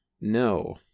No